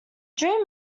during